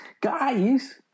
guys